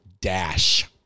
Dash